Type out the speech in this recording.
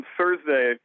Thursday